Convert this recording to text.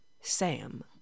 Sam